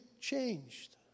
changed